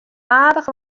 aardich